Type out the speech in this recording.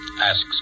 Asks